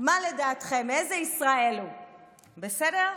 מה דעתכם, מאיזה ישראל הוא, בסדר?